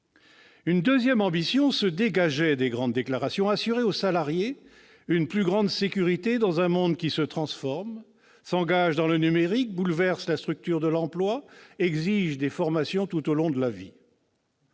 La seconde ambition se dégageait des grandes déclarations : assurer aux salariés une plus grande sécurité dans un monde qui se transforme, s'engage dans le numérique, bouleverse la structure de l'emploi, exige le suivi de formations tout au long de la vie,